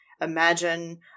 Imagine